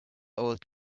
old